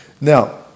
Now